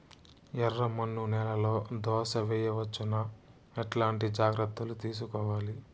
ఎర్రమన్ను నేలలో దోస వేయవచ్చునా? ఎట్లాంటి జాగ్రత్త లు తీసుకోవాలి?